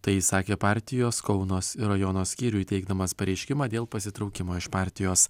tai sakė partijos kaunos rajono skyriui teikdamas pareiškimą dėl pasitraukimo iš partijos